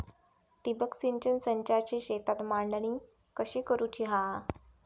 ठिबक सिंचन संचाची शेतात मांडणी कशी करुची हा?